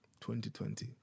2020